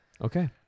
Okay